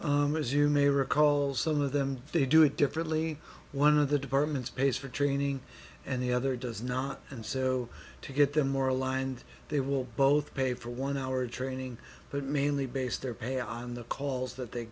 department as you may recall some of them they do it differently one of the departments pays for training and the other does not and so to get them more aligned they will both pay for one hour training but mainly based their pay on the calls that they